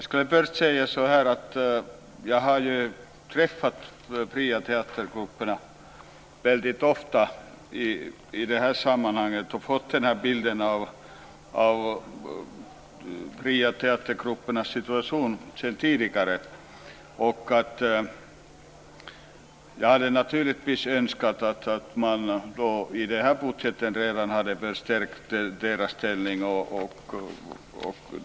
Fru talman! Jag har träffat företrädare för de fria teatergrupperna väldigt ofta och fått en bild av deras situation. Jag hade naturligtvis önskat att deras ställning hade stärkts redan i denna budget.